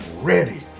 ready